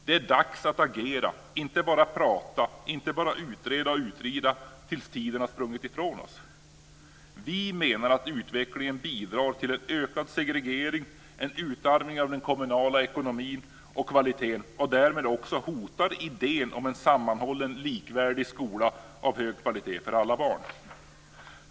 Det är dags att agera, inte bara prata och inte bara utreda tills tiden har sprungit ifrån oss. Vi menar att utvecklingen bidrar till en ökad segregering och en utarmning av den kommunala ekonomin och kvaliteten. Därmed hotas också idén om en sammanhållen, likvärdig skola av hög kvalitet för alla barn.